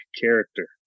character